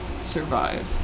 survive